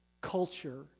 culture